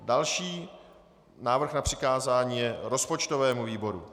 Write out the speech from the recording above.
Další návrh na přikázání je rozpočtovému výboru.